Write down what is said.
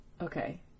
okay